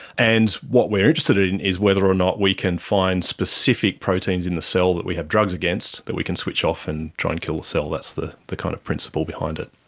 and what we are interested in is whether or not we can find specific proteins in the cell that we have drugs against that we can switch off and try and kill the cell. that's the the kind of principle behind it.